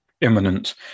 imminent